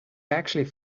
actually